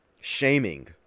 shaming